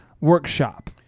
workshop